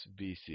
BC